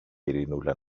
ειρηνούλα